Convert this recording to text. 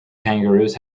kangaroos